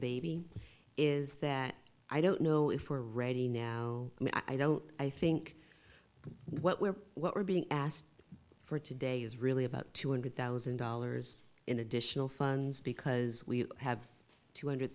baby is that i don't know if we're ready now i don't i think what we're what we're being asked for today is really about two hundred thousand dollars in additional funds because we have two hundred